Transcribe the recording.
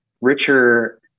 richer